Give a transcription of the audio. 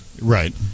Right